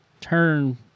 turn